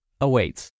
awaits